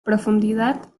profundidad